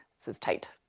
this is tight.